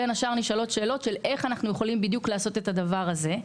בין השאר נשאלות שאלות של איך בדיוק אנחנו יכולים לעשות את הדבר הזה.